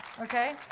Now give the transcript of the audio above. Okay